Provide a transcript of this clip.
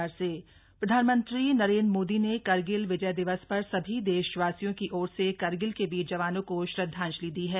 मोदी मन की बात प्रधानमंत्री नरेन्द्र मोदी ने करगिल विजय दिवस पर सभी देशवासियों की ओर से करगिल के वीर जवानों को श्रद्वांजलि दी है